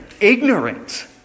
ignorant